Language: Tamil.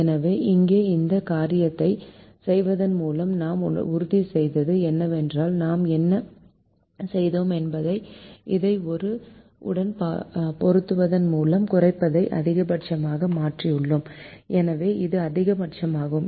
எனவே இப்போது இந்த காரியத்தைச் செய்வதன் மூலம் நாம் உறுதிசெய்தது என்னவென்றால் நாம் என்ன செய்தோம் என்பது இதை 1 உடன் பெருக்குவதன் மூலம் குறைப்பதை அதிகபட்சமாக மாற்றியுள்ளோம் எனவே இது அதிகபட்சமாகும்